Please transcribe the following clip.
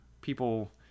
people